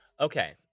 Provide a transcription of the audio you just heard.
Okay